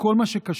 בכל מה שקשור